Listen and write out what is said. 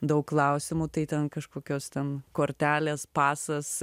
daug klausimų tai ten kažkokios ten kortelės pasas